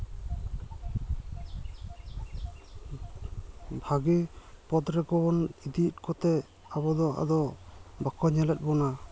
ᱵᱷᱟᱹᱜᱤ ᱯᱚᱫ ᱨᱮᱜᱮ ᱵᱚᱱ ᱤᱫᱤᱭᱮᱫ ᱠᱚᱛᱮ ᱟᱵᱚ ᱫᱚ ᱟᱫᱚ ᱵᱟᱠᱚ ᱧᱮᱞᱮᱫ ᱵᱚᱱᱟ